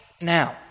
now